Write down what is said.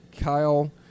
Kyle